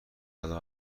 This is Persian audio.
آدم